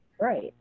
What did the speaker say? Right